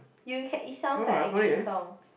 you can it sounds like a kid song